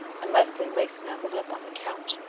and leslie lay snuggled up on the couch,